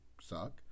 suck